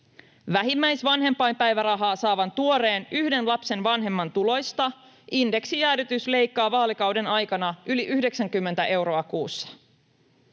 Vähimmäisvanhempainpäivärahaa saavan tuoreen yhden lapsen vanhemman tuloista indeksijäädytys leikkaa vaalikauden aikana yli 90 euroa kuussa.